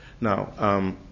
Now